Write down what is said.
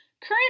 current